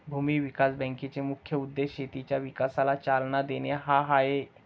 भूमी विकास बँकेचा मुख्य उद्देश शेतीच्या विकासाला चालना देणे हा आहे